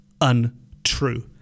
untrue